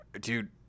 dude